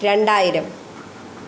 രണ്ടായിരം